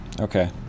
okay